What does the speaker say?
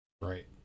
right